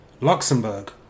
Luxembourg